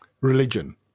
religion